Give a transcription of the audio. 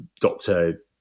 doctor